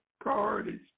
priorities